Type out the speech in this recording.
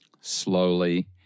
slowly